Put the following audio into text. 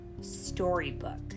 Storybook